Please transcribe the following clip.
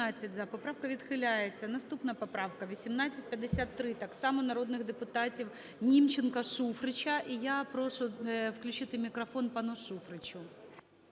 Поправка відхиляється. Наступна поправка 1853, так само народних депутатів Німченко, Шуфрича. І я прошу включити мікрофон пану Шуфричу.